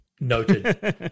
Noted